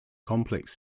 complex